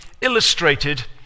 illustrated